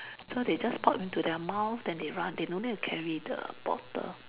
so they just pop into their mouth then they run they no need to carry the bottle